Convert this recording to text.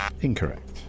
Incorrect